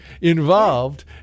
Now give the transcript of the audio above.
involved